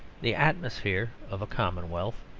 the atmosphere of a commonwealth,